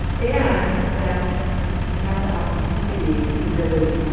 and that we have the opportunity to really.